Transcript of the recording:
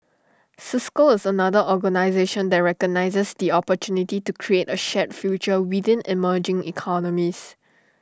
cisco is another organisation that recognises the opportunity to create A shared future within emerging economies